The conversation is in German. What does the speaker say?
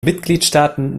mitgliedstaaten